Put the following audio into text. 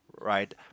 Right